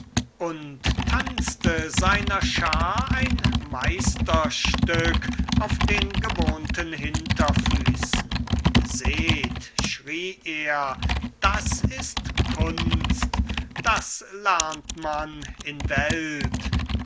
und tanzte seiner schar ein meisterstück auf den gewohnten hinterfüßen seht schrie er das ist kunst das lernt man in der welt